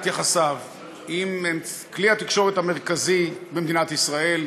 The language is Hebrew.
יחסיו עם כלי התקשורת המרכזי במדינת ישראל,